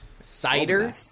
cider